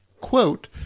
quote